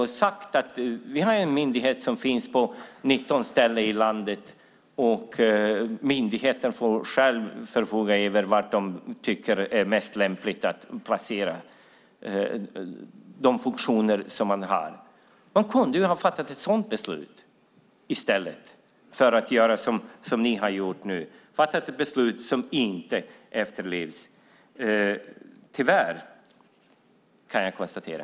Man kunde ha sagt: Vi har en myndighet som finns på 19 ställen i landet, och myndigheten får själv förfoga över var den tycker att det är mest lämpligt att placera de funktioner som man har. Man kunde ha fattat ett sådant beslut i stället för att göra som ni nu har gjort, nämligen att fatta ett beslut som inte efterlevs. Det kan jag konstatera.